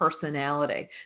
personality